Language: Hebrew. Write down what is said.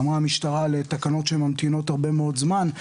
אמרה המשטרה על תקנות שממתינות הרבה מאוד זמן.